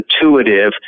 intuitive